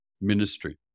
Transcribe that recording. ministry